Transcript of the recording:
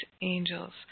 angels